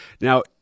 Now